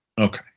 Okay